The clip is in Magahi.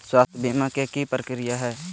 स्वास्थ बीमा के की प्रक्रिया है?